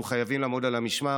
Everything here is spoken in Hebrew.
אנחנו חייבים לעמוד על המשמר.